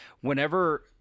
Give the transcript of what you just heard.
whenever